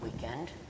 weekend